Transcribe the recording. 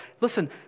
Listen